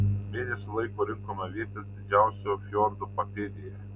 mėnesį laiko rinkome avietes didžiausio fjordo papėdėje